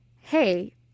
hey